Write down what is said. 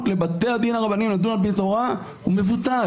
לבתי הדין הרבניים לדון על פי תורה הוא מבוטל.